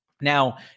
Now